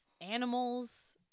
animals